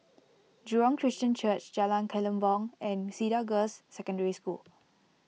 Jurong Christian Church Jalan Kelempong and Cedar Girls' Secondary School